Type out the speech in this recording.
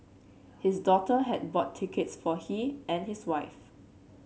his daughter had bought tickets for he and his wife